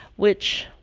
which,